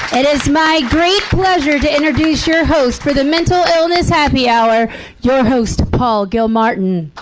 it is my great pleasure to introduce your host for the mental illness happy hour your host, paul gilmartin.